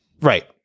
Right